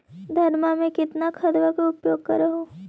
धानमा मे कितना खदबा के उपयोग कर हू?